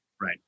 Right